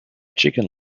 chicken